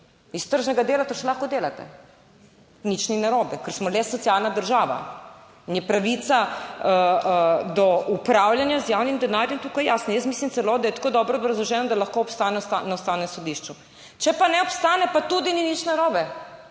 Iz tržnega dela, to še lahko delate. Nič ni narobe, ker smo le socialna država. In je pravica do upravljanja z javnim denarjem tukaj jasna. Jaz mislim celo, da je tako dobro obrazloženo, da lahko obstane na Ustavnem sodišču. Če pa ne obstane, pa tudi ni nič narobe.